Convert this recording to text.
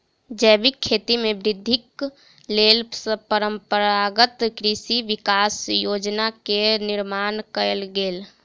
जैविक खेती में वृद्धिक लेल परंपरागत कृषि विकास योजना के निर्माण कयल गेल